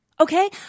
Okay